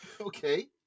Okay